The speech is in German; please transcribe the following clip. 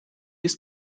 ist